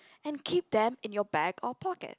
and keep them in you bag or pocket